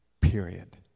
Period